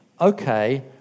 Okay